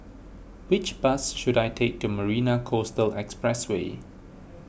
which bus should I take to Marina Coastal Expressway